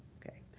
ok.